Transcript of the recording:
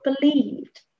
believed